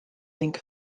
ning